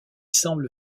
semble